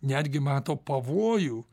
netgi mato pavojų